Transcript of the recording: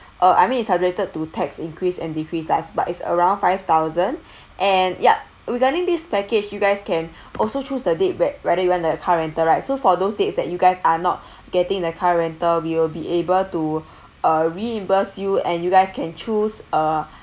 uh I mean it's subjected to tax increase and decrease lah but it's around five thousand and ya regarding this package you guys can also choose the date where whether you want the car rental right so for those dates that you guys are not getting the car rental we'll be able to uh reimburse you and you guys can choose a